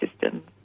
system